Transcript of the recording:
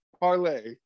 Parlay